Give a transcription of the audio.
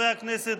חברי הכנסת,